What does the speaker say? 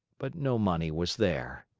but no money was there.